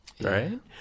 right